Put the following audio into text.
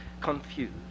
confused